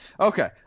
Okay